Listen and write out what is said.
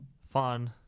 fun